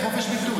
חופש ביטוי.